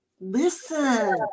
listen